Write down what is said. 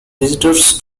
visitors